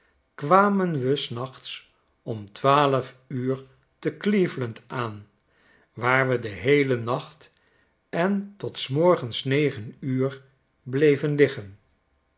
kwamen we s nachts om twaalf uur te cleveland aan waar we den heelen nacht en tot s morgens negen uur bleven liggen